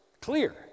clear